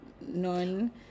None